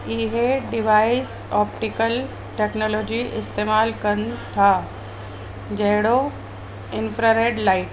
इहे device optical technology इस्तेमालु कनि था जहिड़ो इंफ्रारेड लाइट